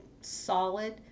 solid